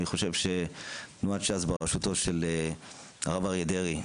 תנועת ש"ס בראשותו של הרב דרעי,